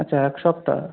আচ্ছা এক সপ্তাহ